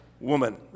Woman